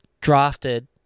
drafted